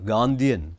Gandhian